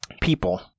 People